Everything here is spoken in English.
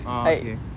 ah okay